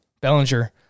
Bellinger